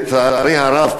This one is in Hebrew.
לצערי הרב,